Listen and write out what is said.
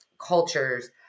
cultures